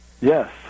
Yes